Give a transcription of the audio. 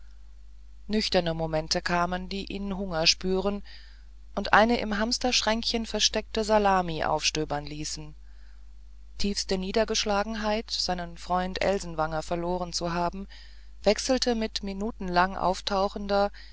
nüchterne momente kamen die ihn hunger spüren und eine im hamsterschränkchen versteckte salami aufstöbern ließen tiefste niedergeschlagenheit seinen freund elsenwanger verloren zu haben wechselte mit minutenlang auftauchender